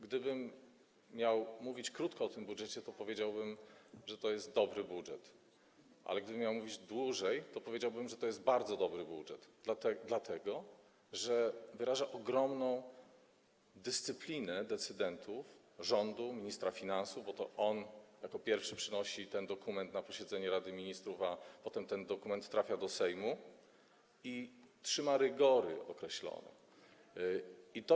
Gdybym miał mówić krótko o tym budżecie, to powiedziałbym, że to jest dobry budżet, ale gdybym miał mówić dłużej, to powiedziałbym, że to jest bardzo dobry budżet, dlatego że wyraża ogromną dyscyplinę decydentów, rządu, ministra finansów - bo to on jako pierwszy przynosi ten dokument na posiedzenie Rady Ministrów, a potem ten dokument trafia do Sejmu - i trzyma określone rygory.